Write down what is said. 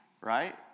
right